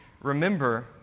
remember